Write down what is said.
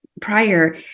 prior